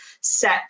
set